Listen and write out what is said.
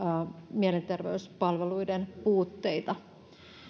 mielenterveyspalveluiden puutteita